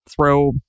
Throw